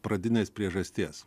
pradinės priežasties